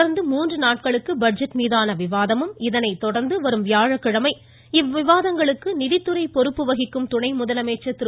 தொடா்ந்து மூன்று நாட்களுக்கு பட்ஜெட் மீதான விவாதமும் இதனைத் தொடர்ந்து வரும் வியாழக்கிழமை இவ்விவாதங்களுக்கு நிதித்துறை பொறுப்பு வகிக்கும் துணை முதலமைச்சர் திரு